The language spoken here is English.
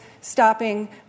stopping